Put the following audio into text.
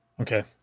Okay